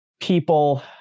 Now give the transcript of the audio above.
people